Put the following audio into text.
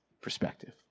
Perspective